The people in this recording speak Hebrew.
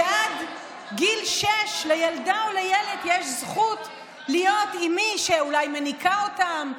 שעד גיל שש לילדה או לילד יש זכות להיות עם מי שאולי מניקה אותם,